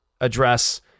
address